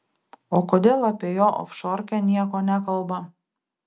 o kodėl apie jo ofšorkę nieko nekalba